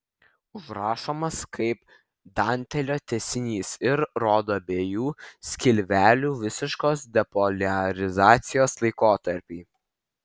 užrašomas kaip dantelio tęsinys ir rodo abiejų skilvelių visiškos depoliarizacijos laikotarpį